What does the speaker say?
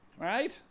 right